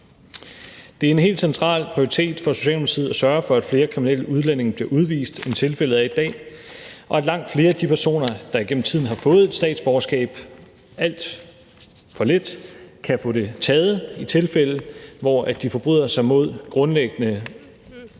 Det er en helt central prioritet for Socialdemokratiet at sørge for, at flere kriminelle udlændinge bliver udvist, end tilfældet er i dag, og at langt flere af de personer, der igennem tiden har fået et statsborgerskab alt for let, kan få det taget i tilfælde, hvor de forbryder sig mod grundlæggende